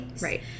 Right